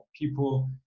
people